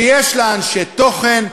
שיש לה אנשי תוכן,